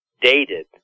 dated